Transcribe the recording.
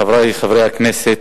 אדוני היושב-ראש, חברי חברי הכנסת,